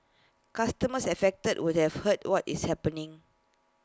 customers affected would have heard what is happening